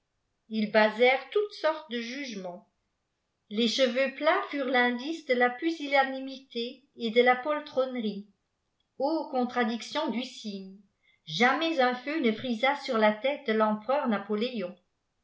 ils basèrent toutes sortes de jugements les cheveux plats furent l'indice de la pusillanimité et de la poltronnerie contradiction du signe i jamais un feu ne frisa sur la tète de lempereur napoléon